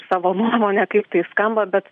savo nuomonę kaip tai skamba bet